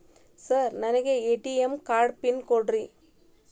Sir ನನಗೆ ATM card PIN ಕೊಡ್ರಿ?